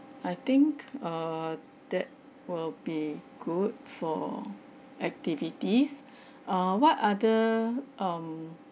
I think err that will be good for activities err what other um